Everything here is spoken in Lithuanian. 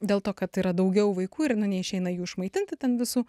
dėl to kad yra daugiau vaikų ir na neišeina jų išmaitinti ten visų